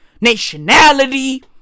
nationality